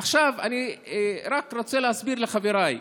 עכשיו אני רק רוצה להסביר לחבריי: